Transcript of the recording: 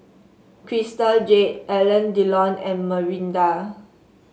Crystal Jade Alain Delon and Mirinda